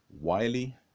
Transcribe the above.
Wiley